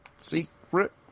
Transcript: secret